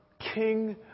king